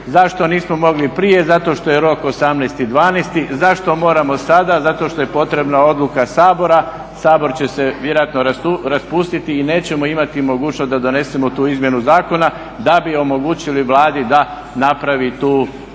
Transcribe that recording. Zašto nismo mogli prije, zato što je rok 18.12. Zašto moramo sada, zato što je potrebna odluka Sabora, Sabor će se vjerojatno raspustiti i nećemo imati mogućnost da donesemo tu izmjenu zakona da bi omogućili Vladi da napravi tu odluku